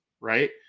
right